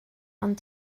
ond